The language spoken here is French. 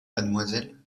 mademoiselle